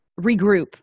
regroup